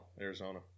Arizona